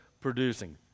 producing